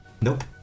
Nope